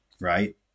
right